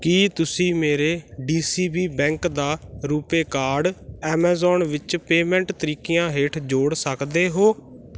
ਕੀ ਤੁਸੀਂ ਮੇਰੇ DCB bank ਦਾ ਰੁਪੇ ਕਾਰਡ ਐਮਾਜ਼ੋਨ ਵਿੱਚ ਪੇਮੈਂਟ ਤਰੀਕਿਆਂ ਹੇਠ ਜੋੜ ਸਕਦੇ ਹੋ